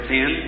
Ten